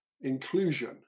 inclusion